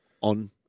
on